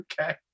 Okay